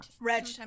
Reg